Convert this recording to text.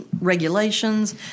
regulations